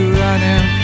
running